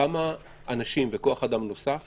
כמה כוח אדם נוסף